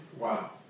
Wow